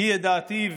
"כי ידעתיו",